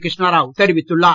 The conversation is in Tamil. கிருஷ்ணாராவ் தெரிவித்துள்ளார்